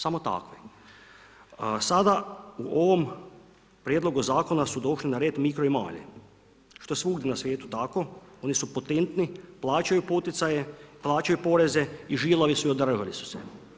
Sada u ovom prijedlogu zakona su došli na red mikro i mali, što je svugdje na svijetu tako, oni su potentni, plaćaju poticaje, plaćaju poreze i žilavi su i održali su se.